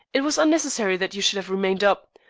it was unnecessary that you should have remained up.